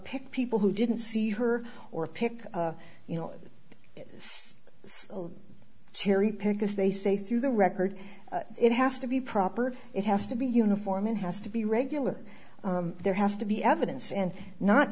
pick people who didn't see her or pick you know cherry pick if they say through the record it has to be proper it has to be uniform and has to be regular there have to be evidence and not